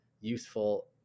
useful